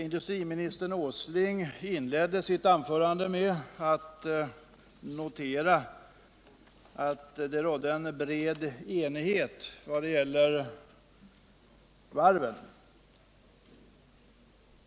Industriminister Åsling inledde sitt anförande med att notera, att det råder en bred enighet i vad gäller varven.